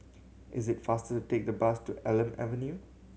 is it faster to take the bus to Elm Avenue